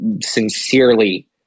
sincerely